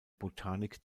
botanik